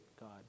God